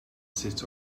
sut